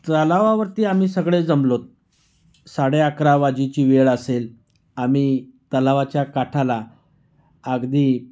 तलावावरती आम्ही सगळे जमलो आहोत साडेअकरा वाजेची वेळ असेल आम्ही तलावाच्या काठाला अगदी